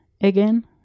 again